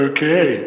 Okay